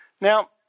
Now